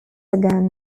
again